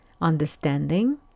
understanding